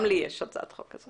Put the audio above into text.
גם לי יש הצעת חוק כזאת.